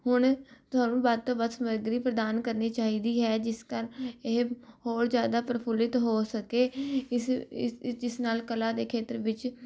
ਹੁਣ ਤੁਹਾਨੂੰ ਵੱਧ ਤੋਂ ਵੱਧ ਸਮੱਗਰੀ ਪ੍ਰਦਾਨ ਕਰਨੀ ਚਾਹੀਦੀ ਹੈ ਜਿਸ ਕਾਰਨ ਇਹ ਹੋਰ ਜ਼ਿਆਦਾ ਪ੍ਰਫੁੱਲਿਤ ਹੋ ਸਕੇ ਇਸ ਜਿਸ ਨਾਲ ਕਲਾ ਦੇ ਖੇਤਰ ਵਿੱਚ